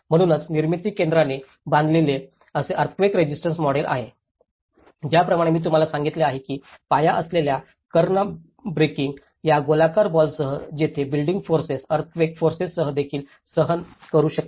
म्हणूनच निर्मिती केंद्राने बांधलेले हे अर्थक्वेक रेसिस्टन्ट मॉडेल आहे ज्याप्रमाणे मी तुम्हाला सांगितले आहे की पाया असलेल्या कर्ण ब्रेकिंग या गोलाकार बॉलसह जेथे बिल्डींग्स फोर्सस अर्थक्वेक फोर्सससह देखील सहन करू शकते